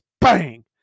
Bang